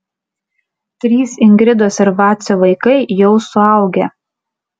trys ingridos ir vacio vaikai jau suaugę